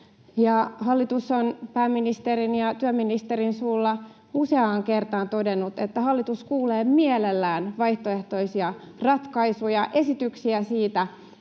Hallitus on pääministerin ja työministerin suulla useaan kertaan todennut, että hallitus kuulee mielellään vaihtoehtoisia ratkaisuja, esityksiä siitä,